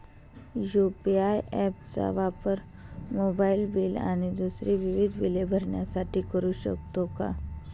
UPI app चा वापर mobile bill आणि दुसरी विविध बिले भरण्यासाठी करू शकतो का?